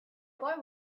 boy